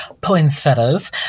poinsettias